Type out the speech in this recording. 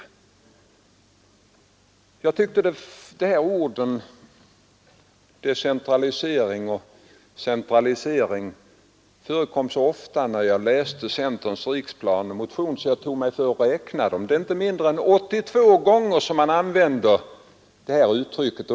När jag läste centerns riksplan och motion tyckte jag att orden ”decentralisering” och ”centralisering” förekom så ofta, att jag tog mig före att räkna dem. Inte mindre än 82 gånger används dessa ord.